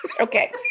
Okay